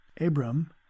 Abram